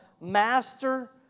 master